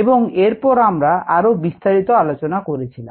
এবং এরপর আমরা আরো বিস্তারিত আলোচনা করেছিলাম